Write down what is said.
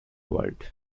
world